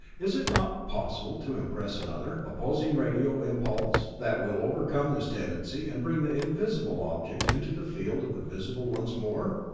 is it not possible to impress another, opposing radio impulse, that will overcome this tendency and bring the invisible object into the field of the visible once more?